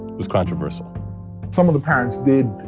was controversial some of the parents did,